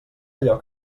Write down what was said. allò